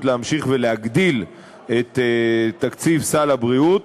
להמשיך ולהגדיל את תקציב סל הבריאות,